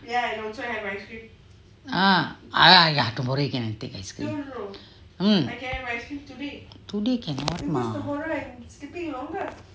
ya tomorrow you can sleep um today cannot mah